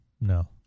No